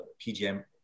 PGM